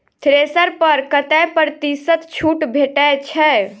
Thresher पर कतै प्रतिशत छूट भेटय छै?